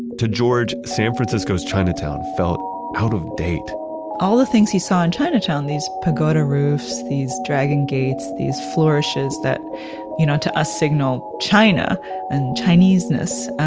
to george san francisco's chinatown felt out of date all the things he saw in chinatown, these pagoda roofs, these dragon gates, these flourishes that you know to us signal china and chinese-ness,